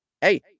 Hey